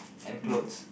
and clothes